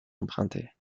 empruntée